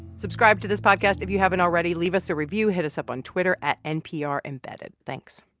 subscribe to this podcast if you haven't already. leave us a review. hit us up on twitter at nprembedded. thanks